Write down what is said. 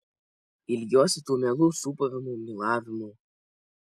ilgiuosi tų mielų sūpavimų mylavimų